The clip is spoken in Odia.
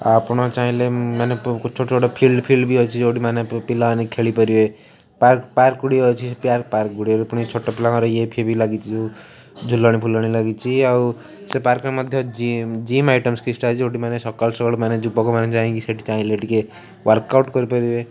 ଆଉ ଆପଣ ଚାହିଁଲେ ମାନେ ଛୋଟ ଛୋଟ ଫିଲ୍ଡ ଫିଲ୍ଡବି ଅଛି ଯେଉଁଠି ମାନେ ପିଲାମାନେ ଖେଳିପାରିବେ ପାର୍କ୍ ପାର୍କ୍ ଗୁଡ଼ିଏ ଅଛି ପାର୍କ ଗୁଡ଼ିଏ ପୁଣି ଛୋଟ ପିଲାଙ୍କର ଇଏ ଫିଏ ବି ଲାଗିଛି ଝୁଲଣି ଫୁଲଣି ଲାଗିଛି ଆଉ ସେ ପାର୍କ୍ରେ ମଧ୍ୟ ଜିମ୍ ଜିମ୍ ଆଇଟମସ୍ ଅଛି ଯେଉଁଠି ମାନେ ସକାଳୁ ସକାଳୁ ମାନେ ଯୁବକମାନେ ଯାଇକି ସେଇଠି ଚାହିଁଲେ ଟିକେ ୱାର୍କ୍ଆଉଟ୍ କରିପାରିବେ